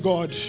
God